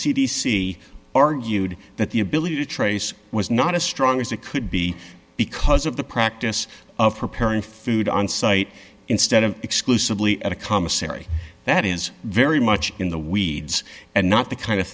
c argued that the ability to trace was not as strong as it could be because of the practice of preparing food on site instead of exclusively at a commissary that is very much in the weeds and not the kind of